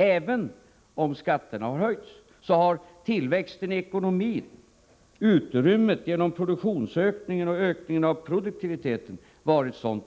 Även om skatterna har höjts har tillväxten i ekonomin, utrymmet genom produktionsökningen och ökning av produktiviteten varit sådan